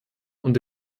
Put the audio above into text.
und